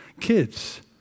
kids